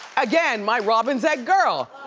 again, my robin's egg girl.